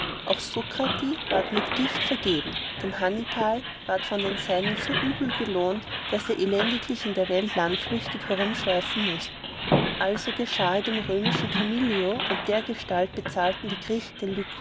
socrati ward mit gift vergeben dem hannibal ward von den seinen so übel gelohnet daß er elendiglich in der welt landflüchtig herumschwaifen mußte also geschahe dem römischen camillo und dergestalt bezahlten die